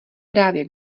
právě